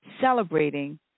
celebrating